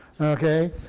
okay